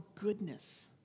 goodness